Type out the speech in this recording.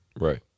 Right